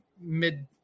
mid